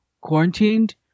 quarantined